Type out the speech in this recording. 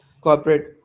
Corporate